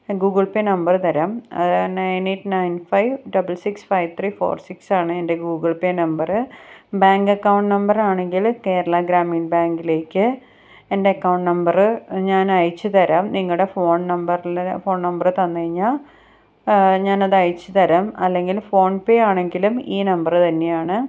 Google Pay number തരാം nine eight nine five double six five three four six ആണ് എൻ്റെ Google Pay number bank account നമ്പറാണെങ്കില് കേരള ഗ്രാമീൺ ബാങ്കിലേക്ക് എൻ്റെ അക്കൗണ്ട് നമ്പര് അ ഞാൻ അയച്ചു തരാം നിങ്ങളുടെ ഫോൺ നമ്പറില് ഫോൺ നമ്പര് തന്നുകഴിഞ്ഞാല് ഞാൻ അത് അയച്ചുതരാം അല്ലെങ്കില് ഫോൺ പേ ആണെങ്കിലും ഈ നമ്പര് തന്നെയാണ്